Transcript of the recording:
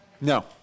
no